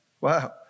Wow